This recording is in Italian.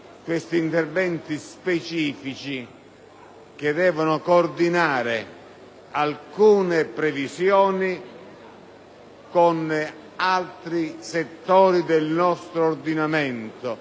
questi interventi specifici, che devono coordinare alcune previsioni con altre relative ad altri settori del nostro ordinamento: